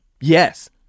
Yes